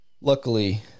luckily